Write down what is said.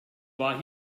war